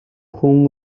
хүн